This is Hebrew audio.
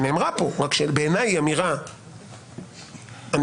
האמירה שבעיני היא על גבול הפוליטית אני